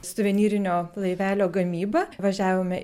suvenyrinio laivelio gamyba važiavome